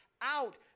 out